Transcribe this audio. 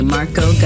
Marco